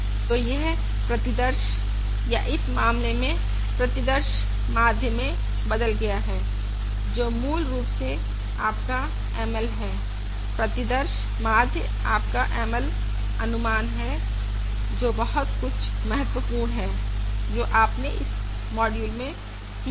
तो यह प्रतिदर्श या इस मामले में प्रतिदर्श माध्य में बदल गया है जो मूल रूप से आपका ML है प्रतिदर्श माध्य आपका ML अनुमान है जो बहुत कुछ महत्वपूर्ण है जो आपने इस मॉड्यूल में सीखा है